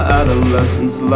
adolescence